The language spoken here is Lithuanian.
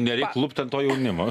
nereik klupt ant to jaunimo